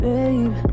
Babe